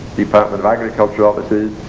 department of agriculture offices,